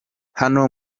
hano